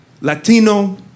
Latino